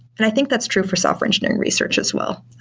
and i think that's true for software engineer research as well.